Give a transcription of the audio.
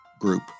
group